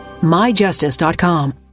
myjustice.com